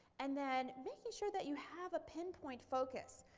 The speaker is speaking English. and then making sure that you have a pinpoint focus.